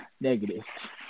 negative